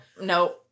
no